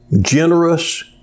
generous